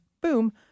boom